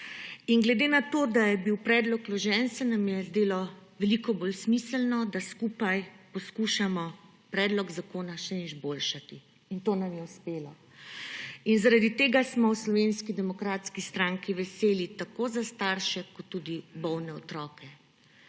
Glede na to, da je bil predlog vložen, se nam je zdelo veliko bolj smiselno, da skupaj poskušamo predlog zakona še izboljšati, in to nam je uspelo. Zaradi tega smo v Slovenski demokratski stranki veseli tako za starše kot tudi za bolne otroke.